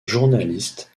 journaliste